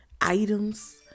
items